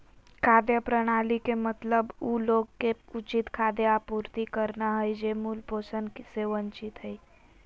खाद्य प्रणाली के मतलब उ लोग के उचित खाद्य आपूर्ति करना हइ जे मूल पोषण से वंचित हइ